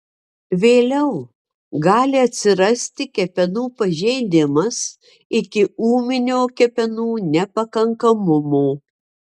vėliau gali atsirasti kepenų pažeidimas iki ūminio kepenų nepakankamumo